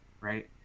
right